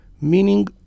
Meaning